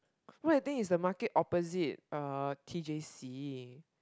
where you think is the market opposite uh T_J_C